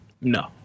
No